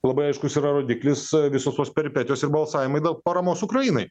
labai aiškus yra rodiklis e visos tos peripetijos ir balsavimai nu paramos ukrainai